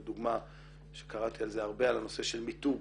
לדוגמה, קראתי על זה הרבה, על הנושא של מיתוג